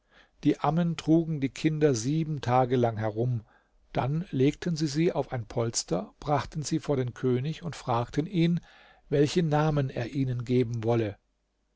die ammen trugen die kinder sieben tage lang herum dann legten sie sie auf ein polster brachten sie vor den könig und fragten ihn welche namen er ihnen geben wolle